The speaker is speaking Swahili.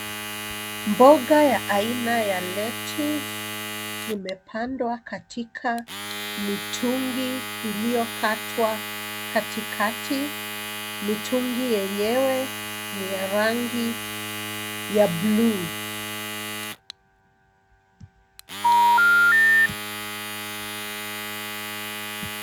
Mboga ya aina ya lettuce imepandwa katika mitungi iliyokatwa katikati. Mitungi yenyewe ni ya rangi ya blue .